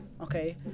okay